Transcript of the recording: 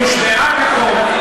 היא הושבעה כחוק,